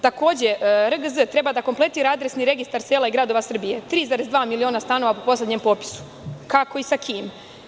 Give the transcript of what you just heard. Takođe, RGZ treba da kompletira adresni registar sela i gradova Srbije, 3,2 miliona stanova po poslednjem popisu, kako i sa kim.